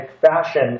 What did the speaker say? fashion